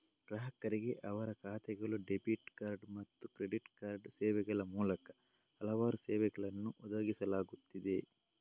ಗ್ರಾಹಕರಿಗೆ ಅವರ ಖಾತೆಗಳು, ಡೆಬಿಟ್ ಕಾರ್ಡ್ ಮತ್ತು ಕ್ರೆಡಿಟ್ ಕಾರ್ಡ್ ಸೇವೆಗಳ ಮೂಲಕ ಹಲವಾರು ಸೇವೆಗಳನ್ನು ಒದಗಿಸಲಾಗುತ್ತಿದೆ